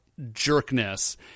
jerkness